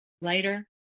later